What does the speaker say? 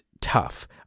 Tough